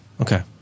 Okay